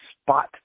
spot